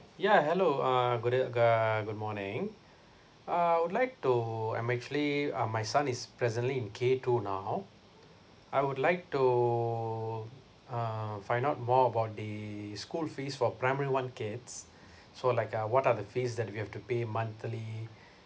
yeah hello uh good e~ uh good morning I would like to I'm actually um my son is presently in K two now I would like to um find out more about the school fees for primary one kids so like uh what are the fees that we have to pay monthly